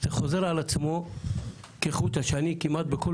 זה חוזר על עצמו כחוט השני כמעט בכל